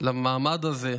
למעמד הזה.